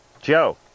Joe